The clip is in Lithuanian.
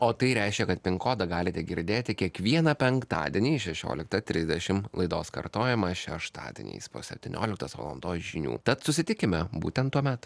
o tai reiškia kad pin kodą galite girdėti kiekvieną penktadienį šešioliktą trisdešim laidos kartojamą šeštadieniais po septynioliktos valandos žinių tad susitikime būtent tuomet